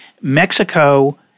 Mexico